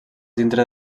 dintre